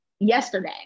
yesterday